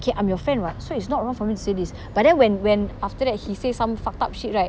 okay I'm your friend [what] so it's not wrong for me to say this but then when when after that he say some fucked up shit right